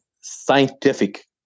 scientific